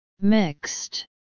Mixed